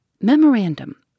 Memorandum